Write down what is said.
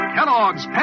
Kellogg's